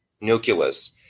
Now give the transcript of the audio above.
nucleus